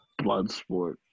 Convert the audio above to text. Bloodsport